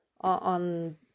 on